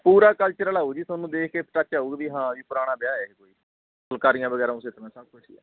ਪੂਰਾ ਕਲਚਰਲ ਆਉ ਜੀ ਤੁਹਾਨੂੰ ਦੇਖ ਕੇ ਟੱਚ ਆਉਗੀ ਵੀ ਹਾਂ ਵੀ ਪੁਰਾਣਾ ਵਿਆਹ ਹੈ ਫੁਲਕਾਰੀਆਂ ਵਗੈਰਾ ਉਸੇ ਤਰ੍ਹਾਂ ਸਭ ਕੁਝ ਜੀ